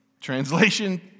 Translation